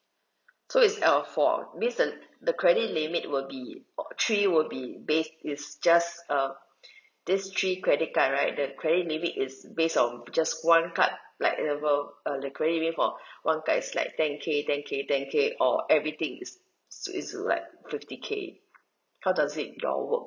so it's uh for means the the credit limit will be three will be based it's just err this three credit card right the credit limit is based on with just one card like example uh the credit limit for one card is like ten K ten K ten K or everything is so is like fifty K how does it you all work